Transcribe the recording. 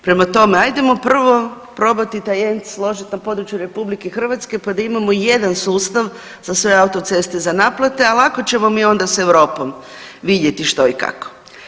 Prema tome, ajdemo prvo probati taj ENC složiti na području RH pa da imamo jedan sustav za sve autoceste za naplate, a lako ćemo mi onda s Europom vidjeti što i kako.